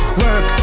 work